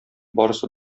барысы